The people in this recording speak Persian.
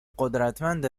قدرتمند